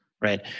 right